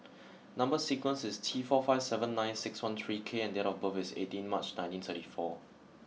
number sequence is T four five seven nine six one three K and date of birth is eighteen March nineteen thirty four